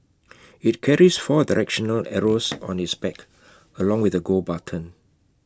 IT carries four directional arrows on its back along with A go button